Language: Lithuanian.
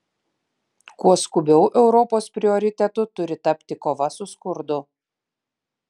kuo skubiau europos prioritetu turi tapti kova su skurdu